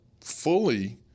fully